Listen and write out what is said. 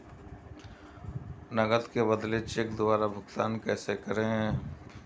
नकद के बदले चेक द्वारा भुगतान कैसे करें?